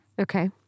okay